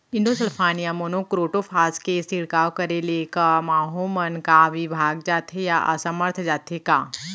Endosulfan या monocrotophos के छिड़काव करे ले क माहो मन का विभाग जाथे या असमर्थ जाथे का?